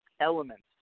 elements